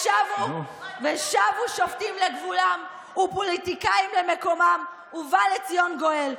ושבו שופטים לגבולם ופוליטיקאים למקומם ובא לציון גואל.